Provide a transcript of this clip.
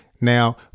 Now